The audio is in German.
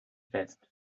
fest